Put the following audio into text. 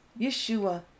Yeshua